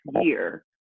year